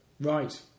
Right